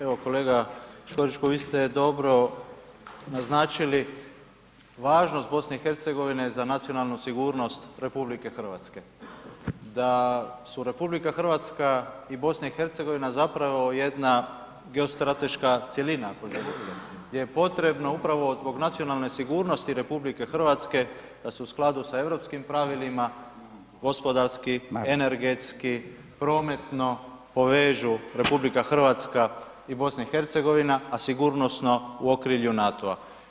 Evo kolega Škorić, vi ste dobro naznačili važnost BiH-a za nacionalnu sigurnost RH da su RH i BiH zapravo jedna geostrateška cjelina ... gdje je potrebno upravo zbog nacionalne sigurnosti RH da su u skladu sa europskim pravilima, gospodarski, energetski, prometno povežu RH i BiH a sigurnosno u okrilju NATO-a.